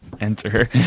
enter